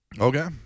Okay